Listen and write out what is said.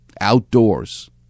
outdoors